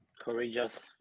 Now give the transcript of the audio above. Courageous